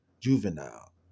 Juvenile